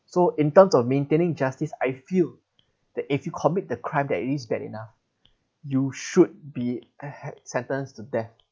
so in terms of maintaining justice I feel that if you commit the crime that is bad enough you should be ahea~ sentenced to death